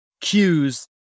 cues